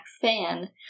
fan